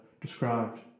described